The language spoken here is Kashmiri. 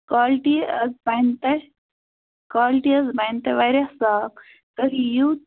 کالٹی بَنہِ تۄہہِ کالٹی حظ بَنہِ تۄہہِ واریاہ صاف تُہۍ یِیُو